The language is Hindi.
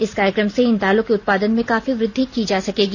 इस कार्यक्रम से इन दालों के उत्पादन में काफी वृद्धि की जा सकेगी